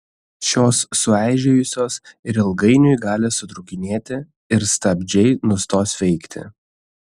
šios sueižėjusios ir ilgainiui gali sutrūkinėti ir stabdžiai nustos veikti